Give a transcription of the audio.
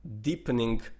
deepening